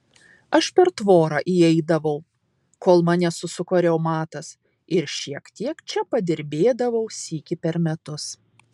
aš per tvorą įeidavau kol mane susuko reumatas ir šiek tiek čia padirbėdavau sykį per metus